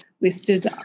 listed